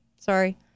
Sorry